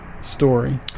story